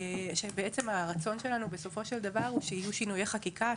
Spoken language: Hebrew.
בעצם הרצון שלנו בסופו של דבר הוא שיהיו שינויי חקיקה,